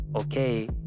okay